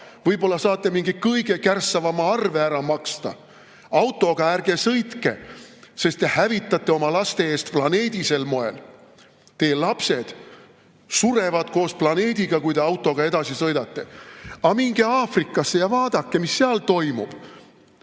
võib-olla saate mingi kõige kärssavama arve ära maksta. Autoga ärge sõitke, sest te hävitate oma laste eest planeeti sel moel. Teie lapsed surevad koos planeediga, kui te autoga edasi sõidate."Aga minge Aafrikasse ja vaadake, mis seal toimub!